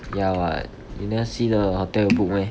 ya what you never see the hotel you book meh